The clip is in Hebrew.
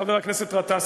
חבר הכנסת גטאס,